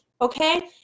Okay